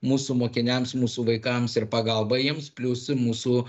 mūsų mokiniams mūsų vaikams ir pagalba jiems plius mūsų